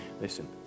Listen